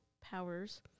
powers